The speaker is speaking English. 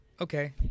okay